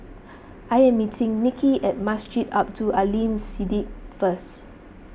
I am meeting Nicki at Masjid Abdul Aleem Siddique First